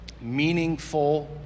meaningful